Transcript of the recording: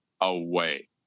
away